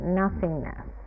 nothingness